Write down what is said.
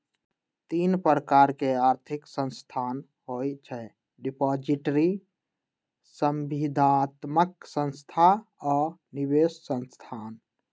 तीन प्रकार के आर्थिक संस्थान होइ छइ डिपॉजिटरी, संविदात्मक संस्था आऽ निवेश संस्थान